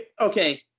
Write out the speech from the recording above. okay